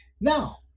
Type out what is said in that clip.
Now